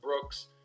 Brooks